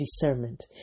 discernment